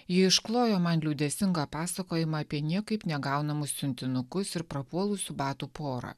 ji išklojo man liudėsingą pasakojimą apie niekaip negaunamus siuntinukus ir prapuolusių batų porą